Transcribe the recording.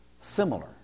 Similar